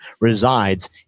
resides